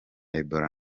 ebola